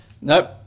Nope